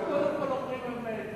אנחנו קודם כול אומרים אמת,